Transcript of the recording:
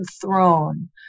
Throne